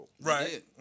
Right